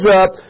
up